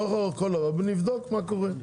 נבדוק מה קורה.